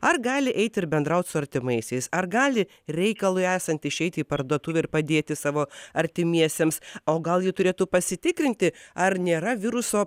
ar gali eiti ir bendraut su artimaisiais ar gali reikalui esant išeiti į parduotuvę ir padėti savo artimiesiems o gal ji turėtų pasitikrinti ar nėra viruso